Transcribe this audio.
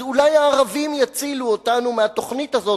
אז אולי הערבים יצילו אותנו מהתוכנית הזאת,